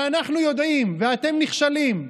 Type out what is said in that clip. אנחנו יודעים ואתם נכשלים.